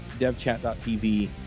devchat.tv